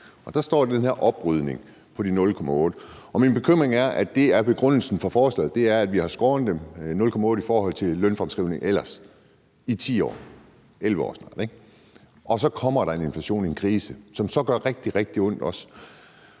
der står om den her oprydning i de 0,8 pct. Min bekymring er, at begrundelsen for forslaget er, at vi ellers har skåret ned med 0,8 pct. i forhold til lønfremskrivningen i 10 år, snart 11 år, og så kommer der en inflation, en krise, som også gør rigtig, rigtig ondt.